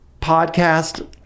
Podcast